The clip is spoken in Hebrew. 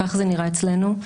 כך זה נראה אצלנו,